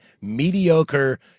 mediocre